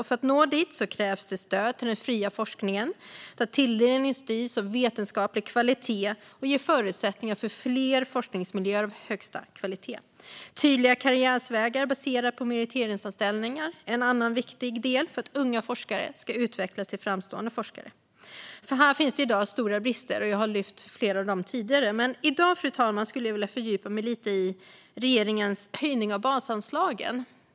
För att nå dit krävs stöd till den fria forskningen där tilldelning styrs av vetenskaplig kvalitet och ger förutsättningar för fler forskningsmiljöer av högsta kvalitet. Tydliga karriärvägar baserade på meriteringsanställningar är en annan viktig del för att unga forskare ska utvecklas till framstående forskare. Här finns det i dag stora brister, och jag har lyft flera av dem tidigare. I dag, fru talman, skulle jag vilja fördjupa mig lite i regeringens höjning av basanslagen.